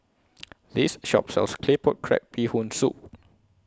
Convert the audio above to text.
This Shop sells Claypot Crab Bee Hoon Soup